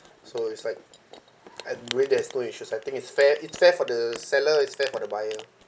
so it's like uh maybe there's no issues I think it's fair it's fair for the seller it's fair for the buyer